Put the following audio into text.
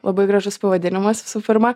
labai gražus pavadinimas visų pirma